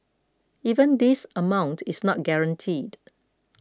even this amount is not guaranteed